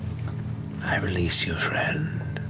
i release your friend.